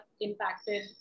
impacted